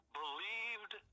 believed